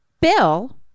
Bill